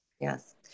Yes